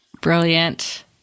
Brilliant